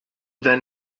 then